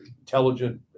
intelligent